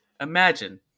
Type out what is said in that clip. Imagine